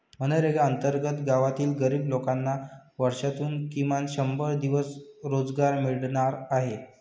मनरेगा अंतर्गत गावातील गरीब लोकांना वर्षातून किमान शंभर दिवस रोजगार मिळणार आहे